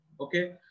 okay